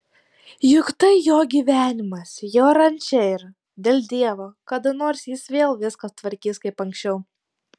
juk tai jo gyvenimas jo ranča ir dėl dievo kada nors jis vėl viską tvarkys kaip anksčiau